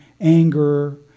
anger